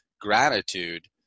gratitude